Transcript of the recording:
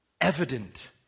evident